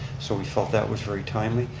so we felt that was very timely.